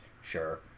Sure